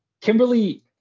Kimberly